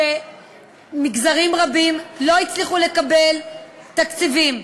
שמגזרים רבים לא הצליחו לקבל תקציבים.